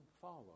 follow